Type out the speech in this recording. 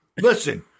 Listen